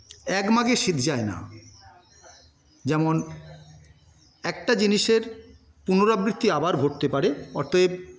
এক মাঘে শীত যায়না যেমন একটা জিনিসের পুনরাবৃত্তি আবার ঘটতে পারে অতএব